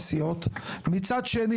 אתה יודע מה?